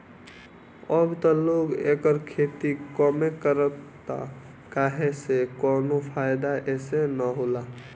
अब त लोग एकर खेती कमे करता काहे से कवनो फ़ायदा एसे न होला